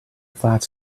flat